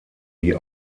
die